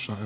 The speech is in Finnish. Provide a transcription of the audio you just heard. suomen